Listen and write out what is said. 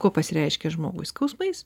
kuo pasireiškia žmogui skausmais